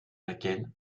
akène